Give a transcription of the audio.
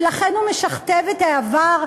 ולכן הוא משכתב את העבר,